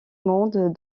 monde